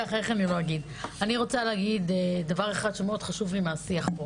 אני רוצה להגיד דבר אחד שחשוב לי מהשיח פה